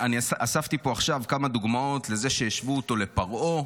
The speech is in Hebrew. אספתי פה עכשיו כמה דוגמאות לזה שהשוו אותו לפרעה,